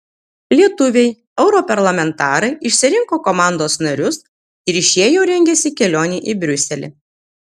lietuviai europarlamentarai išsirinko komandos narius ir šie jau rengiasi kelionei į briuselį